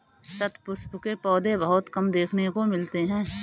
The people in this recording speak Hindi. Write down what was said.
शतपुष्प के पौधे बहुत कम देखने को मिलते हैं